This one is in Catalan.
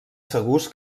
segurs